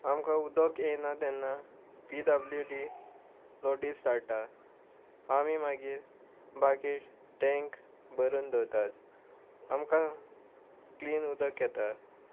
आमकां उदक येयना तेन्ना पी डब्ल्यू डी नोटीस धाडटा आमी मागीर बाकी टँक भरून दवरतात आमकां क्लीन उदक येता